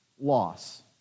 loss